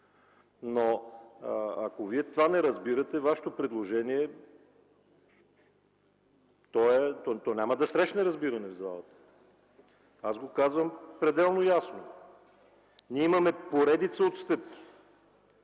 Ако Вие не разбирате това, Вашето предложение няма да срещне разбиране в залата. Аз го казвам пределно ясно. Ние имаме поредица от стъпки,